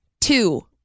two